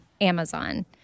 Amazon